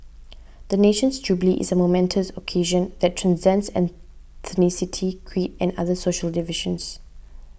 the nation's jubilee is a momentous occasion that transcends ethnicity creed and other social divisions